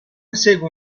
segue